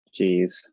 Jeez